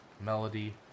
Melody